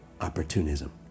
opportunism